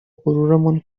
غرورمان